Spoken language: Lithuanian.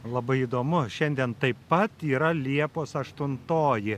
labai įdomu šiandien taip pat yra liepos aštuntoji